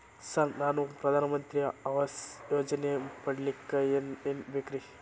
Sir ನಾನು ಪ್ರಧಾನ ಮಂತ್ರಿ ಆವಾಸ್ ಯೋಜನೆ ಪಡಿಯಲ್ಲಿಕ್ಕ್ ಏನ್ ಏನ್ ಬೇಕ್ರಿ?